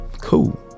Cool